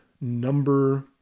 number